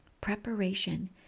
preparation